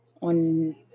on